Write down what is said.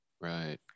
Right